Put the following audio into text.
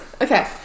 Okay